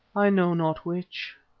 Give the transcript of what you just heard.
i know not which.